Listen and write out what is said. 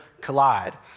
collide